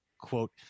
Quote